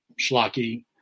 schlocky